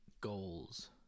Goals